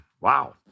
Wow